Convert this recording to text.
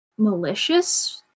malicious